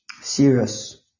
Serious